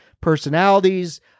personalities